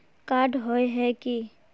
Card होय है की?